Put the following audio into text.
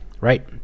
right